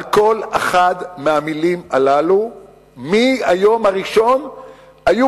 על כל אחת מהמלים הללו מהיום הראשון היו